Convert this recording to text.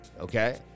Okay